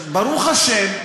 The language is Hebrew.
ברוך השם,